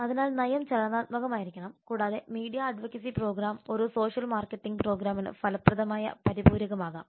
അതിനാൽ നയം ചലനാത്മകമായിരിക്കണം കൂടാതെ മീഡിയ അഡ്വക്കസി പ്രോഗ്രാം ഒരു സോഷ്യൽ മാർക്കറ്റിംഗ് പ്രോഗ്രാമിന് ഫലപ്രദമായ പരിപൂരകമാകും